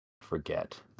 Forget